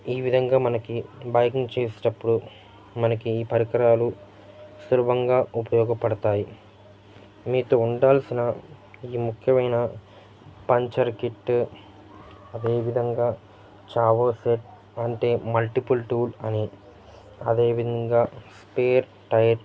ఈ విధంగా మనకి బైకింగ్ చేసేటప్పుడు మనకి ఈ పరికరాలు సులభంగా ఉపయోగపడతాయి మీతో ఉండాల్సిన ఈ ముఖ్యమైన పంచర్ కిట్టు అదే విధంగా చావో సెట్ అంటే మల్టిపుల్ టూల్ అని అదేవిధంగా స్పేర్ టైర్